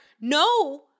no